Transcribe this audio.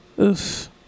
Oof